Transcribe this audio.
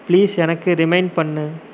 please எனக்கு remind பண்ணு